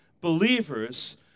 believers